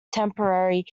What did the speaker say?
temporary